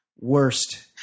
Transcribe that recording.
Worst